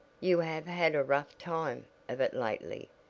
you have had a rough time of it lately,